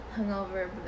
hungover